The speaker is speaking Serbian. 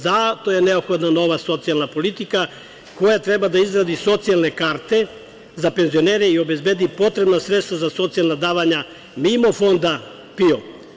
Zato je neophodna nova socijalna politika koja treba da izradi socijalne karte za penzionere i obezbedi potrebna sredstva za socijalna davanja mimo Fonda PIO.